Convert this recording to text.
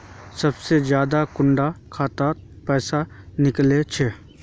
सबसे ज्यादा कुंडा खाता त पैसा निकले छे?